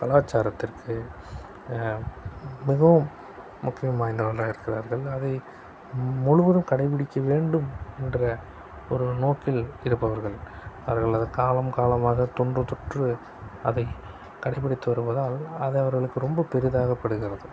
கலாச்சாரத்திற்கு மிகவும் முக்கியம் வாய்ந்தவராக இருக்கிறார்கள் அதை முழுவதும் கடைப்பிடிக்க வேண்டும் என்ற ஒரு நோக்கில் இருப்பவர்கள் அவர்கள் அது காலம் காலமாக தொன்று தொற்று அதை கடைப்பிடித்து வருவதால் அதை அவர்களுக்கு ரொம்ப பெரிதாகப்படுகிறது